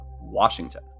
Washington